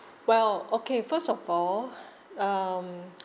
well okay first of all um